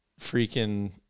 freaking